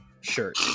shirt